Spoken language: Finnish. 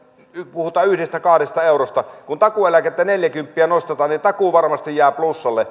puhutaan yhdestä viiva kahdesta eurosta kun takuueläkettä neljäkymppiä nostetaan takuuvarmasti jää plussalle